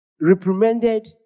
reprimanded